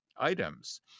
Items